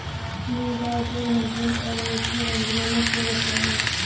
मूंग का उपयोग नमकीन और मीठे व्यंजनों में किया जाता है